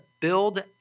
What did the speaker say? build